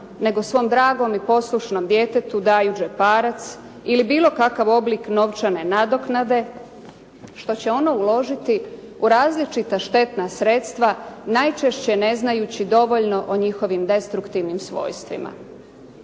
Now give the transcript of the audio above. nego svom dragom i poslušnom djetetu daju džeparac ili bilo kakav oblik novčane nadoknade što će ono uložiti u različita štetna sredstva najčešće ne znajući dovoljno o njihovim destruktivnim svojstvima.